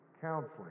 counseling